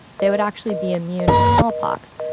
they would actually be immune to smallpox.